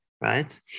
right